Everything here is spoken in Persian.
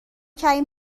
کردیم